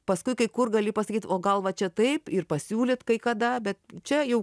paskui kai kur gali pasakyti o gal va čia taip ir pasiūlyt kai kada bet čia jau